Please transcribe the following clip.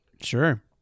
Sure